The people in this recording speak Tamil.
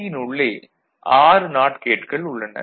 யின் உள்ளே 6 நாட் கேட்கள் உள்ளன